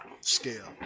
scale